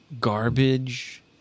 garbage